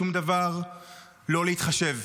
בשום דבר לא להתחשב.